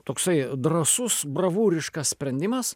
toksai drąsus bravūriškas sprendimas